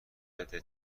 بده